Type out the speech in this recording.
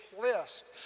list